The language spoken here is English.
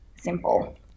simple